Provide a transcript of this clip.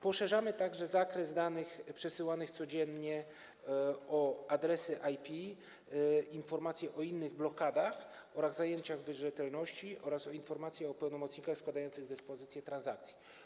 Poszerzamy także zakres danych przesyłanych codziennie o adresy IP, informacje o innych blokadach oraz zajęciach wierzytelności oraz o informacje o pełnomocnikach składających dyspozycję transakcji.